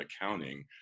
accounting